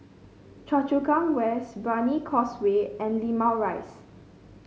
Choa Chu Kang West Brani Causeway and Limau Rise